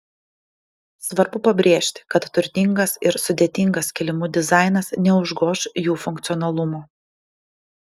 svarbu pabrėžti kad turtingas ir sudėtingas kilimų dizainas neužgoš jų funkcionalumo